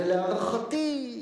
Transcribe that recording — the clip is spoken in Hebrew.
ולהערכתי,